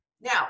Now